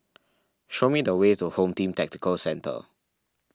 show me the way to Home Team Tactical Centre